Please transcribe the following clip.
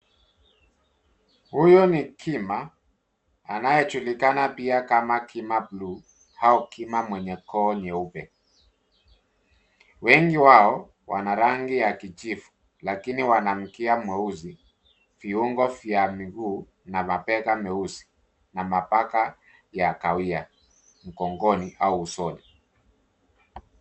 Huyu ni kima, anayejulikana pia kama kima buluu au kima mwenye koo nyeupe. Wengi wao wana rangi ya kijivu, lakini wana mkia mweusi , viungo vya miguu na mabega mweusi na mapaka ya kahawia, mgongoni au usoni.